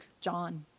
John